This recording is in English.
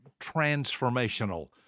transformational